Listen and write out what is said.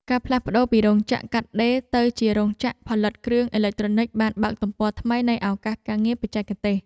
ការផ្លាស់ប្តូរពីរោងចក្រកាត់ដេរទៅជារោងចក្រផលិតគ្រឿងអេឡិចត្រូនិចបានបើកទំព័រថ្មីនៃឱកាសការងារបច្ចេកទេស។